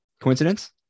Coincidence